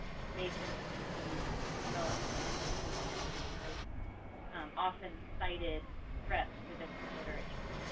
invasive species, development and pollution, were the most often sited threats within the literature.